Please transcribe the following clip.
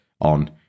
on